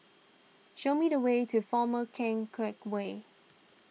show me the way to former Keng Teck Whay